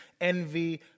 envy